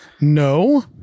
no